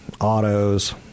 autos